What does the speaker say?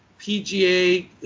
PGA